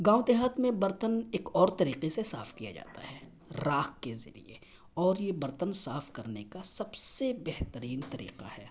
گاؤں دیہات میں برتن ایک اور طریقے سے صاف کیا جاتا ہے راکھ کے ذریعے اور یہ برتن صاف کرنے کا سب سے بہترین طریقہ ہے